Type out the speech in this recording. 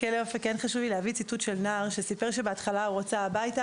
חשוב לי להביא ציטוט של נער שסיפר שבהתחלה הוא רצה הביתה